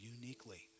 uniquely